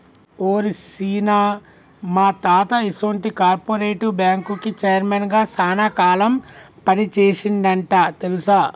ఓరి సీన, మా తాత ఈసొంటి కార్పెరేటివ్ బ్యాంకుకి చైర్మన్ గా సాన కాలం పని సేసిండంట తెలుసా